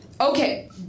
Okay